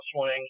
swing